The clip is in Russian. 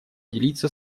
делиться